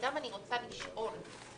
וגם אני רוצה לשאול אותך,